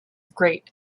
great